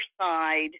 side